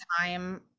time